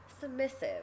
submissive